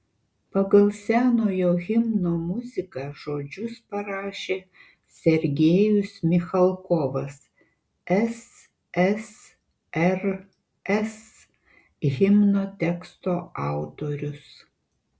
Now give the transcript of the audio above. pagal senojo himno muziką žodžius parašė sergejus michalkovas ssrs himno teksto autorius